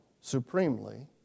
supremely